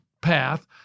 path